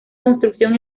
construcción